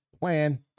Plan